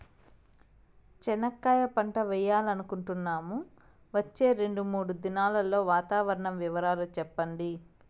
చెనక్కాయ పంట వేయాలనుకుంటున్నాము, వచ్చే రెండు, మూడు దినాల్లో వాతావరణం వివరాలు చెప్పండి?